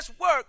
work